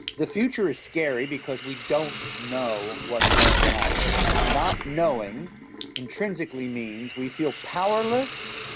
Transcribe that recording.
the future is scary because we don't know what's going to happen, and not knowing intrinsically means we feel powerless,